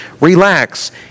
Relax